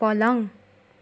पलङ